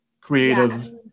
creative